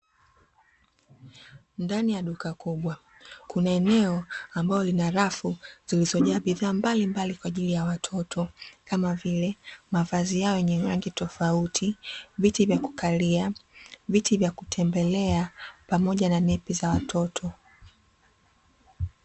Ndani ya duka kubwa, kuna eneo ambalo lina rafu zilizojaa bidhaa mbalimbali kwa ajili ya watoto, kama vile mavazi yao yenye rangi tofauti, viti vya kukalia, viti vya kutembelea pamoja na nepi za watoto.